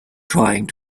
trying